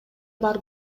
бар